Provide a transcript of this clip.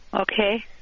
Okay